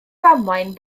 ddamwain